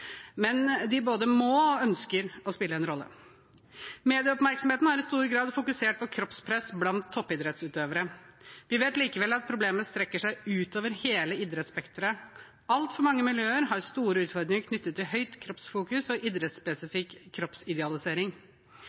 Men de både må og ønsker å spille en rolle. Medieoppmerksomheten har i stor grad fokusert på kroppspress blant toppidrettsutøvere. Vi vet likevel at problemet strekker seg utover hele idrettsspekteret. Altfor mange miljøer har store utfordringer knyttet til høyt kroppsfokus og idrettsspesifikk